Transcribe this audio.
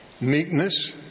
meekness